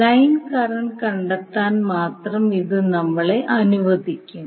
line current കണ്ടെത്താൻ മാത്രം ഇത് നമ്മളെ അനുവദിക്കും